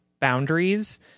boundaries